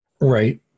Right